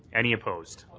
any opposed?